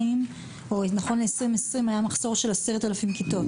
שנכון ל-2020 היה מחסור של 10,000 כיתות.